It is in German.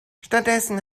stattdessen